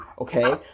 Okay